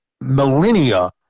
millennia